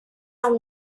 thì